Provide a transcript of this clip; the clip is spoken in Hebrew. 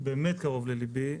באמת קרוב לליבי,